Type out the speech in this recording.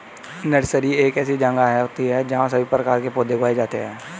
nursery एक ऐसी जगह होती है जहां सभी प्रकार के पौधे उगाए जाते हैं